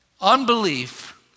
Unbelief